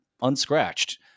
unscratched